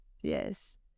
Yes